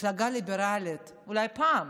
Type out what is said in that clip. מפלגה ליברלית, אולי פעם